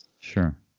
Sure